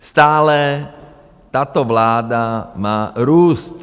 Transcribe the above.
Stále tato vláda má růst.